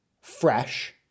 Fresh